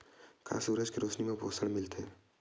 का सूरज के रोशनी म पोषण मिलथे?